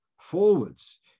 forwards